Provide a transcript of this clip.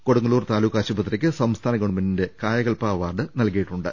കൊടുങ്ങല്ലൂർ താലൂക്ക് ആശുപത്രിക്ക് സംസ്ഥാന ഗവൺമെന്റിന്റെ കായകൽപ അവാർഡ് നൽകിയിട്ടുണ്ട്